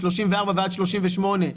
מ-34' ועד 38',